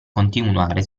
continuare